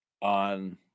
on